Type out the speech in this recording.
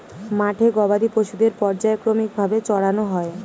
মাঠে গবাদি পশুদের পর্যায়ক্রমিক ভাবে চরানো হয়